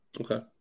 Okay